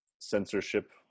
censorship